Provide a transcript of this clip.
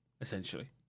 essentially